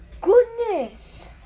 Goodness